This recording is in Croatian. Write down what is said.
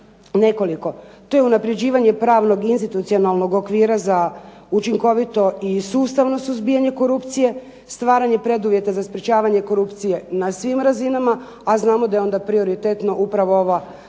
nekoliko. To je unapređivanje pravnog i institucionalnog okvira za učinkovito i sustavno suzbijanje korupcije, stvaranje preduvjeta za sprječavanje korupcije na svim razinama a znamo da je onda prioritetno upravo ova kod